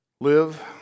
Live